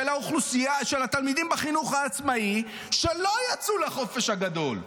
של התלמידים בחינוך העצמאי, שלא יצאו לחופש הגדול.